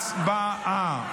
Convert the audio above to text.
הצבעה.